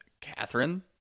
Catherine